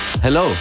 Hello